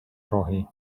rohi